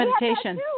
meditation